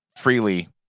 freely